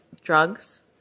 drugs